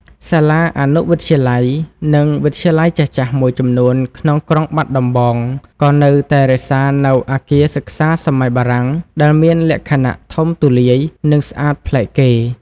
សាលាអនុវិទ្យាល័យ និងវិទ្យាល័យចាស់ៗមួយចំនួនក្នុងក្រុងបាត់ដំបង ក៏នៅតែរក្សានូវអគារសិក្សាសម័យបារាំង ដែលមានលក្ខណៈធំទូលាយ និងស្អាតប្លែកគេ។